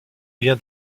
rien